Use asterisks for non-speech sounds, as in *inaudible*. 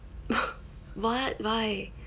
*laughs* what why